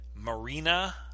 marina